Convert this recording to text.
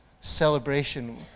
celebration